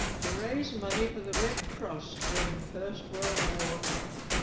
to raise money for the red cross during the first world war time